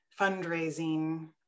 fundraising